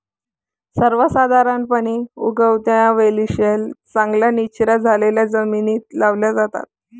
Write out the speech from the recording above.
सर्वसाधारणपणे, उगवत्या वेली सैल, चांगल्या निचरा झालेल्या जमिनीत लावल्या जातात